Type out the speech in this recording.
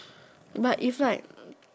but if like